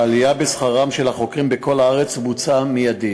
העלייה בשכרם של החוקרים בכל הארץ בוצעה מייד,